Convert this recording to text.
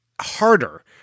harder